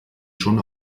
schon